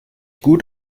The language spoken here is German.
gut